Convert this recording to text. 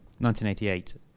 1988